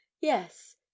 Yes